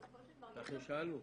לכן שאלנו.